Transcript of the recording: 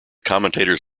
commentators